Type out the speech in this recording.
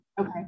Okay